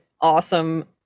awesome